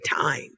time